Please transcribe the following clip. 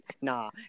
Nah